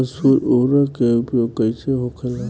स्फुर उर्वरक के उपयोग कईसे होखेला?